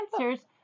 answers